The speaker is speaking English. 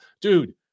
dude